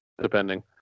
Depending